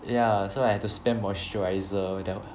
ya so I have to spam moisturizer then